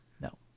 No